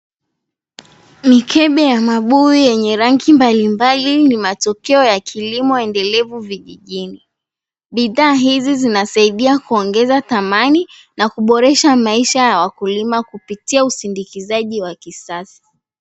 Mikebe ya mabuyu yenye rangi mbali mbali ni matukio ya kilimo endelevu vijijini bidhaa hizi zinasaidia kuoneza tamani na kuboresha maisha ya wakulima kupitia usindikizaji wa kisasa.